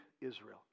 israel